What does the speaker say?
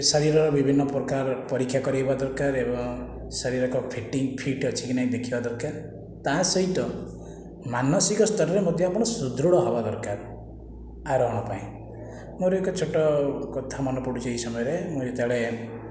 ଶରୀରର ବିଭିନ୍ନ ପ୍ରକାର ପରୀକ୍ଷା କରାଇବା ଦରକାର ଏବଂ ଶରୀର ଏକ ଫିଟିଂ ଫିଟ୍ ଅଛି କି ନାହିଁ ଦେଖିବା ଦରକାର ତା ସହିତ ମାନସିକ ସ୍ଥରରେ ମଧ୍ୟ ଆମର ସୁଦୃଢ଼ ହେବା ଦରକାର ଆରୋହଣ ପାଇଁ ମୋର ଏକ ଛୋଟ କଥା ମନେ ପଡ଼ୁଛି ଏହି ସମୟରେ ମୁଁ ଯେତେବେଳେ